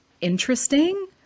interesting